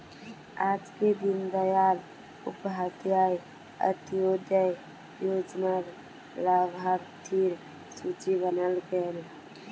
आजके दीन दयाल उपाध्याय अंत्योदय योजना र लाभार्थिर सूची बनाल गयेल